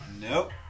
Nope